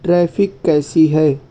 traffic کیسی ہے